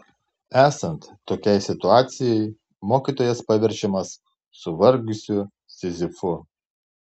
esant tokiai situacijai mokytojas paverčiamas suvargusiu sizifu